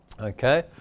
Okay